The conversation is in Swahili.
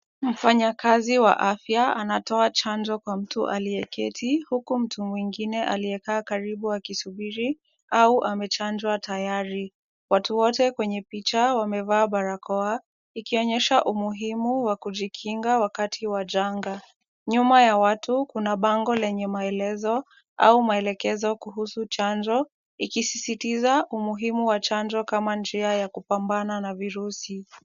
Mfanyakazi wa afya anatoa chanjo kwa mtu aliyeketi huku mtu mwingine aliyekaa karibu akisubiri au amechanjwa tayari. Watu wote kwenye picha wamevaa barakoa ikionyesha umuhimu wa kujikinga wakati wa janga. Nyuma ya watu kuna bango lenye maelezo au maelekezo kuhusu chanjo ikisisitiza umuhimu wa chanjo kama njia ya kupambana na virusi.